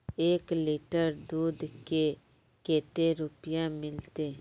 एक लीटर दूध के कते रुपया मिलते?